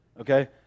Okay